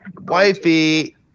Wifey